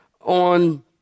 on